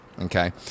Okay